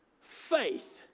Faith